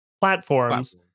platforms